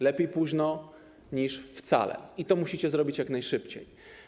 Lepiej późno niż wcale, musicie zrobić to jak najszybciej.